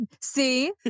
See